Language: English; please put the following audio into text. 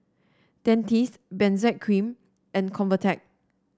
Dentiste Benzac Cream and Convatec